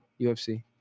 UFC